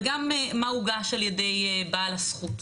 וגם מה הוגש על ידי בעל הזכות.